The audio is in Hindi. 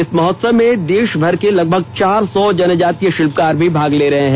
इस महोत्सव में देष भर के लगभग चार सौ जनजातीय षिल्पकार भाग ले रहे हैं